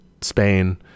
spain